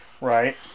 Right